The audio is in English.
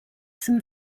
some